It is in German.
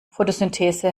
photosynthese